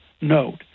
note